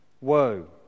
Woe